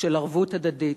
ושל ערבות הדדית,